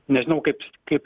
nežinau kaip kaip